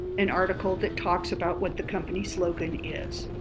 an article that talks about what the company slogan is.